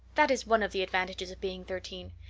that is one of the advantages of being thirteen.